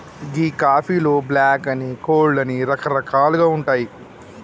గీ కాఫీలో బ్లాక్ అని, కోల్డ్ అని రకరకాలుగా ఉంటాయి